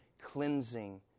cleansing